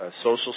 social